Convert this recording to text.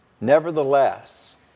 Nevertheless